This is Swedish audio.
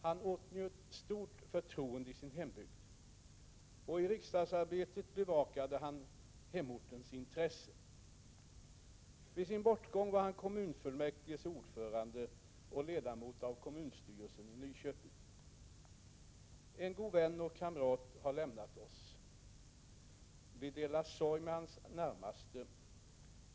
Han åtnjöt stort förtroende i sin hembygd, och i riksdagsarbetet bevakade han hemortens intressen. Vid sin bortgång var han kommunfullmäktiges ordförande och ledamot av kommunstyrelsen i Nyköping. En god vän och kamrat har lämnat oss — vi delar sorgen med hans närmaste.